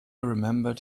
remembered